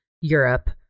Europe